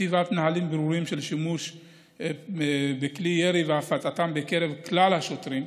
כתיבת נהלים ברורים של שימוש בכלי ירי והפצתם בקרב כלל השוטרים,